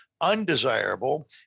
Undesirable